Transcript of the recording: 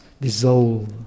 dissolve